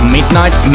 Midnight